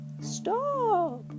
Stop